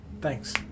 Thanks